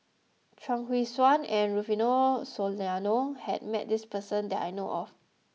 Chuang Hui Tsuan and Rufino Soliano has met this person that I know of